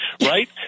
right